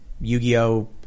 Yu-Gi-Oh